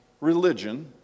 religion